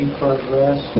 progress